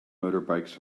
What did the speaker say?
motorbikes